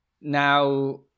Now